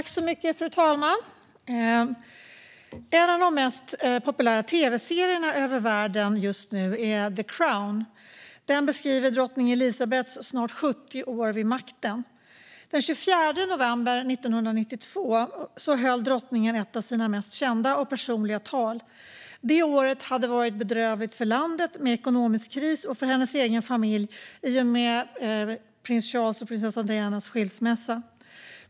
Fru talman! En av de mest populära tv serierna i världen just nu är The Crown . Den beskriver drottning Elizabeths snart 70 år vid makten. Den 24 november 1992 höll drottningen ett av sina mest kända och personliga tal. Det året hade varit bedrövligt för landet med ekonomisk kris och för hennes egen familj i och med prins Charles och prinsessan Dianas skilsmässa.